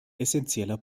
essenzieller